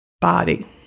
body